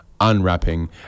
unwrapping